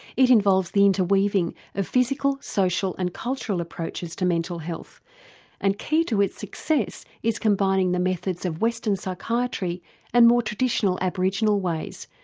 it involves the interweaving of physical, social and cultural approaches to mental health and key to its success is combining the methods of western psychiatry and more traditional aboriginal ways,